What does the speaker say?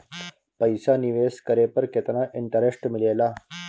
पईसा निवेश करे पर केतना इंटरेस्ट मिलेला?